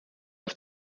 auf